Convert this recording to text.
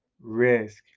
risk